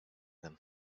them